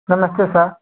नमस्ते सर डएगी़